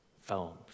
films